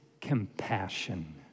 compassion